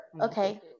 okay